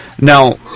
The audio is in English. Now